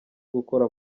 gukora